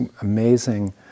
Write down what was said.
amazing